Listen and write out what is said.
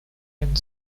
and